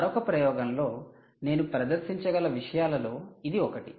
మరొక ప్రయోగంలో నేను ప్రదర్శించగల విషయాలలో ఇది ఒకటి